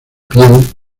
piel